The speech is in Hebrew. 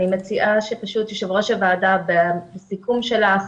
אני מציעה שפשוט יושב ראש הוועדה בסיכום שלך,